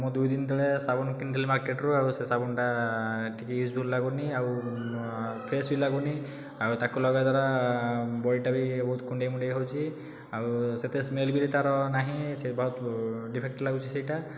ମୁଁ ଦୁଇଦିନ ତଳେ ସାବୁନ କିଣିଥିଲି ମାର୍କେଟରୁ ଆଉ ସେ ସାବୁନଟା ଟିକିଏ ୟୁଜଫୁଲ୍ ଲାଗୁନାହିଁ ଆଉ ଫ୍ରେଶ୍ ବି ଲାଗୁନାହିଁ ଆଉ ତାକୁ ଲଗାଇବା ଦ୍ବାରା ବଡିଟା ବି ବହୁତ କୁଣ୍ଡେଇମୁଣ୍ଡେଇ ହେଉଛି ଆଉ ସେତେ ସ୍ମେଲ ବି ତା'ର ନାହିଁ ସେ ବହୁତ ଡିଫେକ୍ଟ ଲାଗୁଛି ସେଇଟା